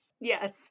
Yes